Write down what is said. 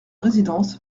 résidence